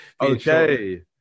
Okay